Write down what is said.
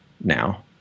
now